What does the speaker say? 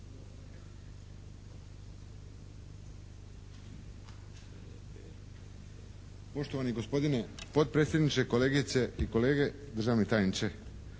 Poštovani gospodine potpredsjedniče, kolegice i kolege, državni tajniče.